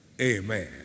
Amen